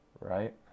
right